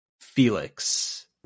Felix